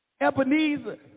Ebenezer